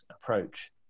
approach